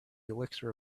elixir